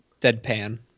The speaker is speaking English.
deadpan